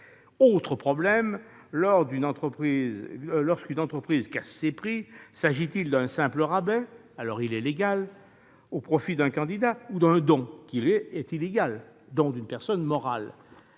Autre problème : lorsqu'une entreprise casse ses prix, s'agit-il d'un simple rabais, alors légal, au profit d'un candidat ou d'un don d'une personne morale,